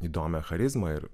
įdomią charizmą ir